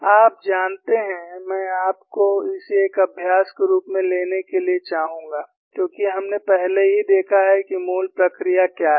आप जानते हैं मैं आपको इसे एक अभ्यास के रूप में लेने के लिए चाहूंगा क्योंकि हमने पहले ही देखा है कि मूल प्रक्रिया क्या है